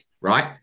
right